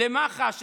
למח"ש,